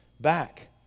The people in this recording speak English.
back